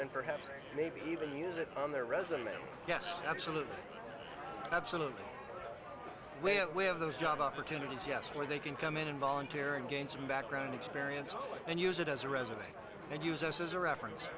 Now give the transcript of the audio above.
and perhaps maybe even use it on their resume yes absolutely absolutely we have those job opportunities yes where they can come in and volunteer and gain some background experience and use it as a resume and use us as a reference